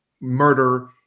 murder